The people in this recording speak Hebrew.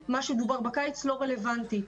מה שדובר בקיץ לא רלוונטי,